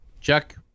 Chuck